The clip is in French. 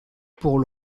pour